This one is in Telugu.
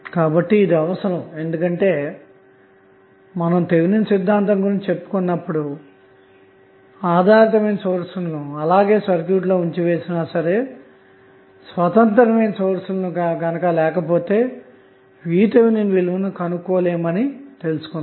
కాబట్టి ఇది అవసరం ఎందుకంటే మనం థెవెనిన్ సిద్ధాంతం గురించి చెప్పుకునేటప్పుడు ఆధారితమైన సోర్స్ లను అలాగే సర్క్యూట్ లో ఉంచి వేసినా సరే స్వతంత్రమైన సోర్స్ లు గనుక లేకపోతే VThవిలువను కనుగొనలేమని తెలుసుకున్నాము